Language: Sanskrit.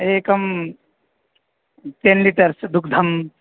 एकं टेन् लिटर्स् दुग्धम्